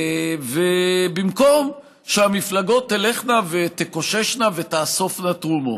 במקום שהמפלגות תלכנה ותקוששנה ותאסופנה תרומות?